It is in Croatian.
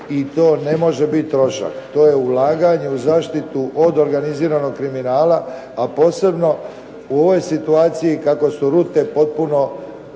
i to ne može biti trošak. To je ulaganje u zaštitu od organiziranog kriminala a posebno u ovoj situaciji kako su rute potpuno